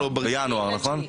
בינואר, נכון?